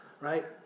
right